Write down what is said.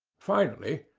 finally,